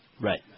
Right